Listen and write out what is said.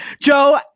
Joe